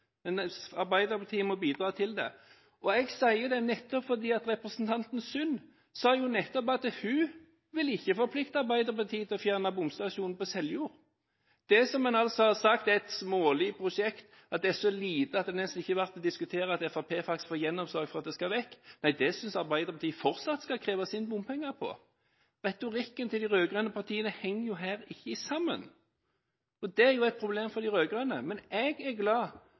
Men Arbeiderpartiet må bidra til det. Jeg sier det fordi representanten Sund nettopp sa at hun ville ikke forplikte Arbeiderpartiet til å fjerne bomstasjonen på Seljord. Det som en altså har sagt er et smålig prosjekt – det er så lite at det nesten ikke er verdt å diskutere at Fremskrittspartiet faktisk får gjennomslag for at det skal vekk – det synes Arbeiderpartiet fortsatt det skal kreves inn bompenger for. Retorikken til de rød-grønne partiene henger her ikke sammen. Det er et problem for de rød-grønne. Jeg er glad